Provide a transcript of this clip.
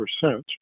percent